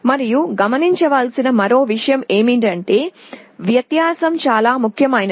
మరియు గమనించవలసిన మరో విషయం ఏమిటంటే వ్యత్యాసం చాలా ముఖ్యమైనది